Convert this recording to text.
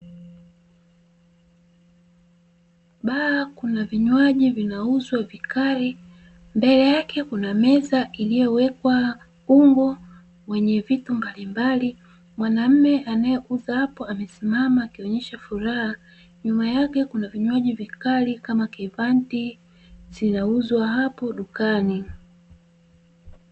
Baa kuna vinywaji vinauzwa vikali mbele yake kuna meza iliyowekwa ungo wenye vitu mbalimbali, mwanaume anayeuza apo amesimama anayeonesha furaha, nyuma yake kuna vinywaji vikali kama "K vant" zinauzwa hapo dukani.